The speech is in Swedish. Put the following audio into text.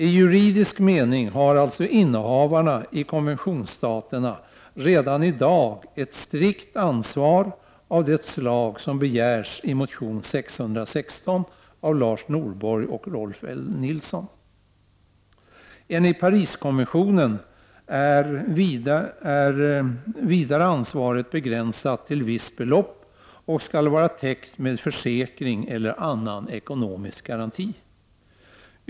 I juridisk mening har alltså innehavarna i konventionsstaterna redan i dag ett strikt ansvar av det slag som begärs i motion 616 av Lars Norberg och Rolf L Nilson. Enligt Pariskonventionen är vidare ansvaret begränsat till visst belopp och skall vara täckt med försäkring eller annan ekonomisk garanti.